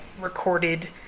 recorded